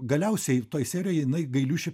galiausiai toj serijoj jinai gailiušį